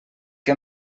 que